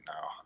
now